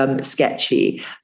Sketchy